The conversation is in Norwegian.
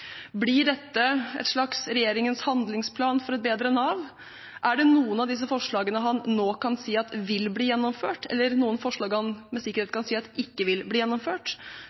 Blir dette et slags regjeringens handlingsplan for et bedre Nav? Er det noen av disse forslagene han nå kan si at vil bli gjennomført, eller noen forslag han med sikkerhet kan si at ikke vil bli gjennomført?